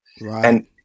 Right